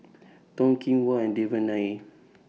Toh Kim Hwa and Devan Nair